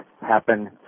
Happen